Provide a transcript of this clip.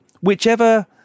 whichever